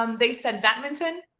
um they said badminton.